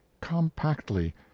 compactly